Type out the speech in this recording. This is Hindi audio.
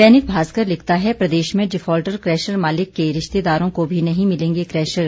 दैनिक भास्कर लिखता है प्रदेश में डिफॉल्टर कैशर मालिक के रिश्तेदारों को भी नहीं मिलेंगे कैशर